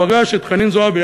הוא פגש את חנין זועבי,